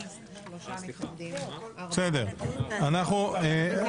3. הצבעה הרוויזיה לא נתקבלה הרוויזיה לא התקבלה.